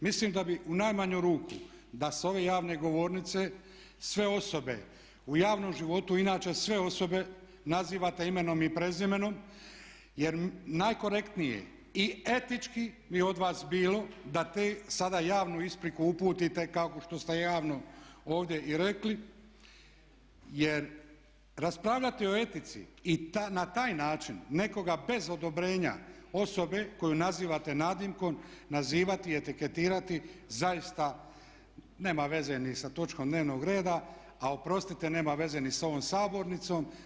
Mislim da bi u najmanju ruku, da s ove javne govornice sve osobe u javnom životu inače sve osobe nazivate imenom i prezimenom jer najkorektnije i etički bi od vas bilo da te, sada javnu ispriku uputite kao što ste javno ovdje i rekli jer raspravljati o etici i na taj način nekoga bez odobrenja osobe koju nazivate nadimkom nazivati i etiketirati zaista nema veze ni sa točkom dnevnog reda, a oprostite nema veze ni sa ovom sabornicom.